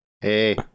Hey